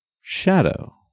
Shadow